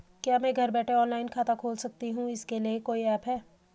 क्या मैं घर बैठे ऑनलाइन खाता खोल सकती हूँ इसके लिए कोई ऐप है?